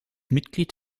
mitglied